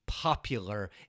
Popular